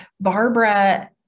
Barbara